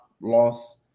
loss